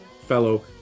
fellow